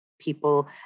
people